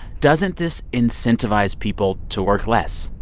doesn't this incentivize people to work less?